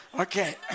Okay